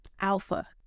alpha